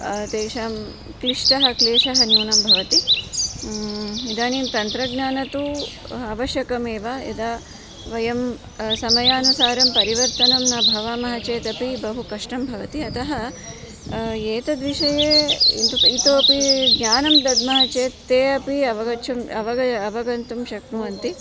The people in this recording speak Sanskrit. तेषां क्लिष्टः क्लेशः न्यूनं भवति इदानीं तन्त्रज्ञानं तु आवश्यकमेव यदा वयं समयानुसारं परिवर्तनं न भवामः चेदपि बहु कष्टं भवति अतः एतद्विषये इतोपि ज्ञानं दद्मः चेत् ते अपि अवगच्छन् अवगमः अवगन्तुं शक्नुवन्ति